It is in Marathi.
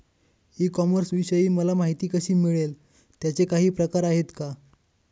ई कॉमर्सविषयी मला माहिती कशी मिळेल? त्याचे काही प्रकार आहेत का?